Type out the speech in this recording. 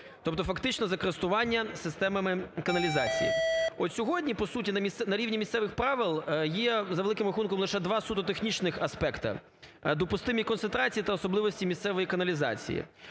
тобто, фактично, за користування системами каналізації. От сьогодні, по суті, на рівні місцевих правил є, за великим рахунком, лише два суто технічних аспекти: допустимі концентрації та особливості місцевої каналізації.